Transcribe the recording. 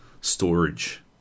storage